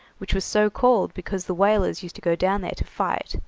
which was so-called because the whalers used to go down there to fight,